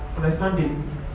understanding